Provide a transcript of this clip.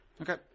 Okay